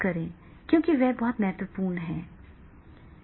तो यह सीखने के लिए अनुकूल एक प्रशिक्षण स्थल और निर्देश बनाएगा